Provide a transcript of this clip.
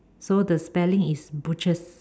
so the spelling is butchers